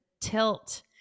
tilt